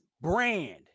brand